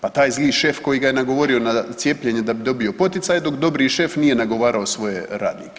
Pa taj zli šef koji ga je na nagovorio na cijepljenje da bi dobio poticaj dok dobri šef nije nagovarao svoje radnike.